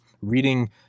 reading